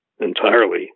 entirely